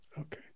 Okay